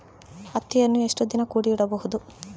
ಹತ್ತಿಯನ್ನು ಎಷ್ಟು ದಿನ ಕೂಡಿ ಇಡಬಹುದು?